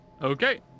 Okay